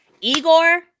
Igor